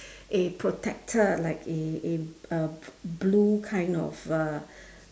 a protector like a a uh blue kind of uh